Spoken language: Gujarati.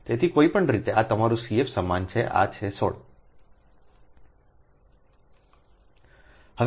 તેથી કોઈપણ રીતે આ તમારું CF સમાન છે આ સમાન છે 16